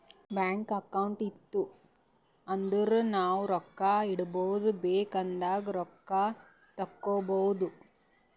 bank account ಇತ್ತು ಅಂದುರ್ ನಾವು ರೊಕ್ಕಾ ಇಡ್ಬೋದ್ ಬೇಕ್ ಆದಾಗ್ ರೊಕ್ಕಾ ತೇಕ್ಕೋಬೋದು